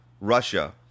Russia